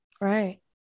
right